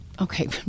Okay